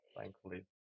Thankfully